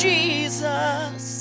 Jesus